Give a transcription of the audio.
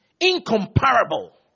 incomparable